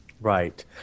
Right